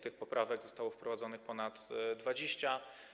Tych poprawek zostało wprowadzonych ponad 20.